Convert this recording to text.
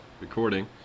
recording